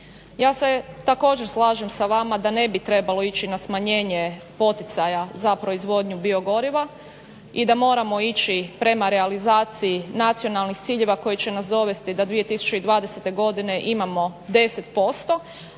Ja se također slažem sa vama da ne bi trebalo ići na smanjenje poticaja za proizvodnju biogoriva i da moramo ići prema realizaciji nacionalnih ciljeva koji će nas dovesti da 2020. godine imamo 10%.